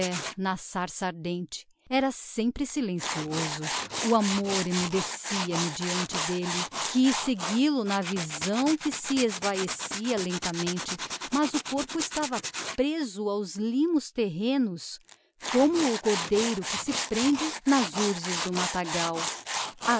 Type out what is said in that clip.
na sarça ardente era sempre silencioso o amor emmudecia me diante d'elle quiz seguil-o na visão que se esvaecia lentamente mas o corpo estava preso aos limos terrenos como o cordeiro que se prende nas urzes do matagal